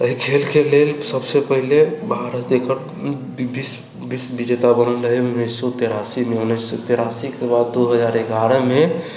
एहि खेलके लेल सबसे पहले भारत एक विश्व विजेता बनल रहय उन्नैस सए तेरासीमे उन्नैस सए तेरासीके बाद दू हजार एगारह मे